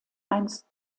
einst